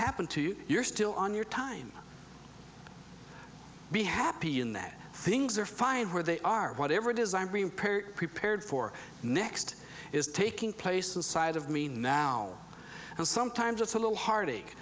happened to you you're still on your time be happy in that things are fine where they are whatever it is i'm prepared for the next is taking place inside of me now and sometimes it's a little heartache